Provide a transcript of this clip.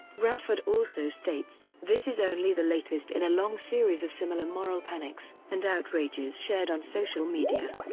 radford also states this is only the latest in a long series of similar moral panics and outrages shared on social media.